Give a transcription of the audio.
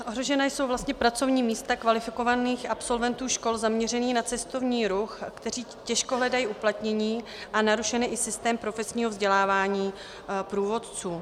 Ohrožena jsou vlastně pracovní místa kvalifikovaných absolventů škol zaměřených na cestovní ruch, kteří těžko hledají uplatnění, a narušen je i systém profesního vzdělávání průvodců.